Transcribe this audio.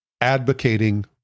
advocating